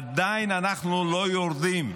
אנחנו עדיין לא יורדים,